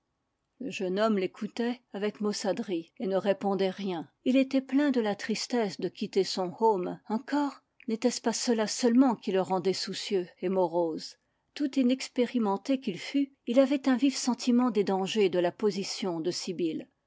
le jeune homme l'écoutait avec maussaderie et ne répondait rien il était plein de la tristesse de quitter son home encore n'était-ce pas cela seulement qui le rendait soucieux et morose tout inexpérimenté qu'il fût il avait un vif sentiment des dangers de la position de